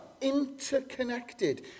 interconnected